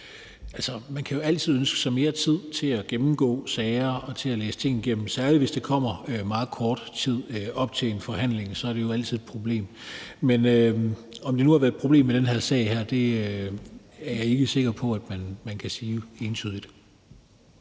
Man kan jo altid ønske sig mere tid til at gennemgå sager og til at læse ting igennem; særlig hvis materialet kommer meget kort tid op til en forhandling, er det jo altid et problem. Men at det har været et problem i den her sag, er jeg ikke sikker på at man kan entydigt